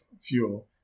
fuel